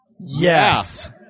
Yes